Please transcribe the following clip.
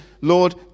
Lord